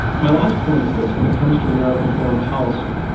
my last point is this. when it comes to american foreign policy,